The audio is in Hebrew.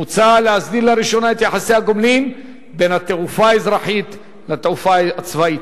מוצע להסדיר לראשונה את יחסי הגומלין בין התעופה האזרחית לתעופה הצבאית.